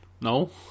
No